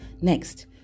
Next